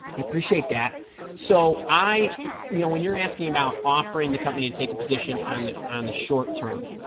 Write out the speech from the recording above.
i appreciate that so i you know when you're asking about offering the company to take a position on on the short term